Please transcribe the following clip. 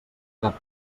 cap